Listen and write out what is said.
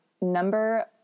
Number